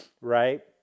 right